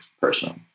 personally